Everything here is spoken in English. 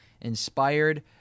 inspired